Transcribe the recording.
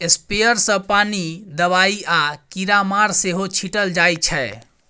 sprayer सँ पानि, दबाइ आ कीरामार सेहो छीटल जाइ छै